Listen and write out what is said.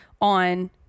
on